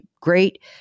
Great